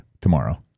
tomorrow